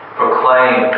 proclaim